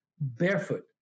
barefoot